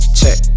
check